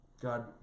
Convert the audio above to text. God